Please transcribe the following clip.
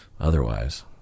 otherwise